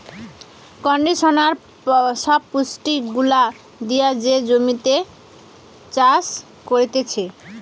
conditioner সব পুষ্টি গুলা দিয়ে যে জমিতে চাষ করতিছে